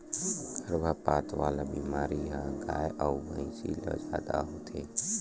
गरभपात वाला बेमारी ह गाय अउ भइसी ल जादा होथे